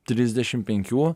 trisdešim penkių